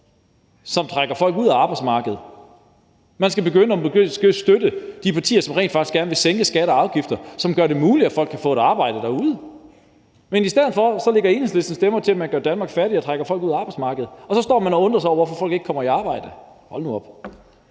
som trækker folk ud af arbejdsmarkedet. Man skal begynde at støtte de partier, som rent faktisk gerne vil sænke skatter og afgifter, som gør det muligt, at folk kan få et arbejde derude. Men i stedet for lægger Enhedslisten stemmer til, at man gør Danmark fattigere og trækker folk ud af arbejdsmarkedet, og så står man og undrer sig over, hvorfor folk ikke kommer i arbejde. Hold nu op.